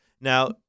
Now